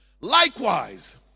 Likewise